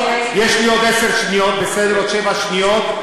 עוד שבע שניות,